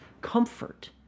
comfort